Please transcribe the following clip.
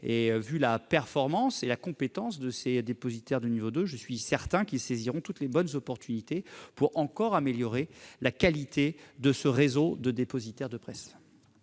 de la performance et de la compétence des dépositaires de niveau 2, je suis certain qu'ils saisiront toutes les opportunités pour améliorer encore la qualité de ce réseau de dépositaires de presse.